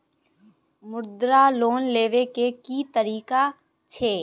मुद्रा लोन लेबै के की तरीका छै?